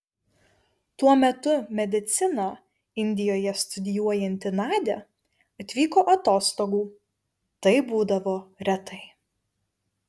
tuo metu mediciną indijoje studijuojanti nadia atvyko atostogų tai būdavo retai